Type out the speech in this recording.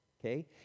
Okay